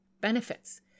benefits